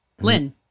Lynn